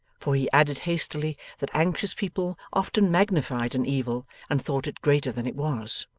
for he added hastily that anxious people often magnified an evil and thought it greater than it was